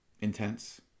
intense